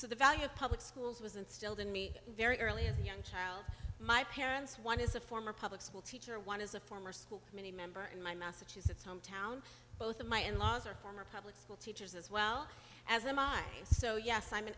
so the value of public schools was instilled in me very early in the young child my parents one is a former public school teacher one is a former school committee member in my massachusetts hometown both of my in laws are former public school teachers as well as a my so yes i'm an